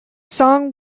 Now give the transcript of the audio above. song